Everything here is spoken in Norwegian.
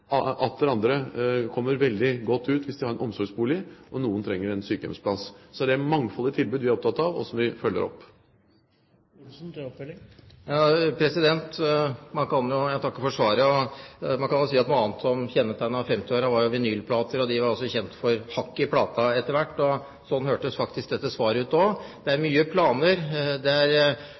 kommer veldig godt ut hvis de har en omsorgsbolig, og noen trenger en sykehjemsplass. Så det er et mangfoldig tilbud vi er opptatt av, og som vi følger opp. Jeg takker for svaret. Man kan jo si at noe annet som kjennetegnet 1950-årene, var vinylplatene. De var også kjent for «hakk i plata» etter hvert. Sånn hørtes dette svaret ut også. Det er mye planer,